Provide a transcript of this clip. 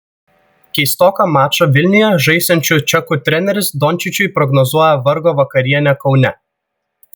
keistoką mačą vilniuje žaisiančių čekų treneris dončičiui prognozuoja vargo vakarienę kaune